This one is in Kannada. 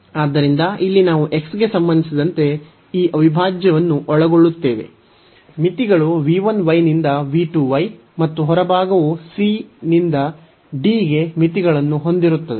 ಆದ್ದರಿಂದ ಇಲ್ಲಿ ನಾವು x ಗೆ ಸಂಬಂಧಿಸಿದಂತೆ ಈ ಅವಿಭಾಜ್ಯವನ್ನು ಒಳಗೊಳ್ಳುತ್ತೇವೆ ಮಿತಿಗಳು v 1 ನಿಂದ v 1 ಮತ್ತು ಹೊರಭಾಗವು c ನಿಂದ d ಗೆ ಮಿತಿಗಳನ್ನು ಹೊಂದಿರುತ್ತದೆ